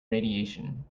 radiation